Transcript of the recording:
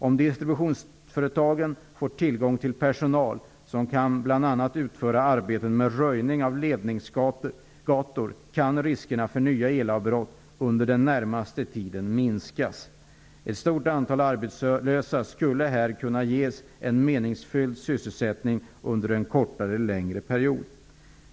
Om distributionsföretagen får tillgång till personal som kan bl.a. utföra arbeten med röjning av ledningsgator kan riskerna för nya elavbrott under den närmaste tiden minskas. Ett stort antal arbetslösa skulle här kunna ges en meningsfull sysselsättning under en kortare eller längre period.